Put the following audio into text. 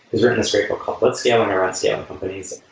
he's written this great book called blitzcaling around scaling companies,